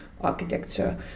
architecture